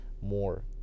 more